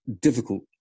difficult